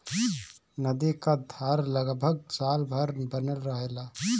नदी क धार लगभग साल भर बनल रहेला